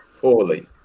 poorly